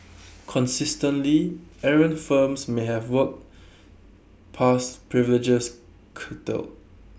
consistently errant firms may have work pass privileges curtailed